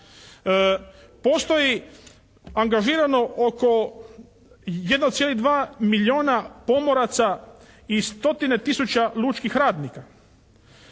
Postoji angažiran oko 1,2 milijuna pomoraca i stotine tisuća lučkih radnika.